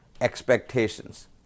expectations